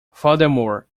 furthermore